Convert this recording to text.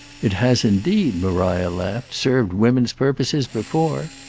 it has indeed, maria laughed, served women's purposes before!